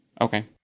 Okay